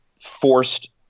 forced